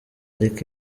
ariko